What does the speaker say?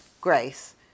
Grace